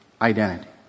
identity